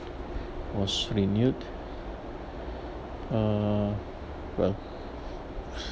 was renewed uh well